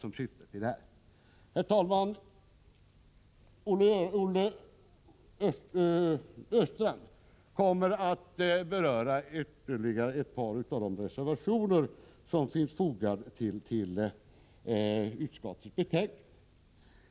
Herr talman! Olle Östrand kommer att beröra ytterligare ett par av de reservationer som finns fogade till utskottets betänkande.